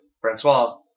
Francois